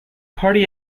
party